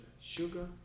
Sugar